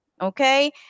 okay